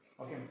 Okay